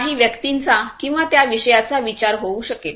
काही व्यक्तींचा किंवा त्या विषयाचा विचार होऊ शकेल